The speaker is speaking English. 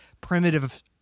primitive